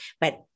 but-